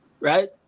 right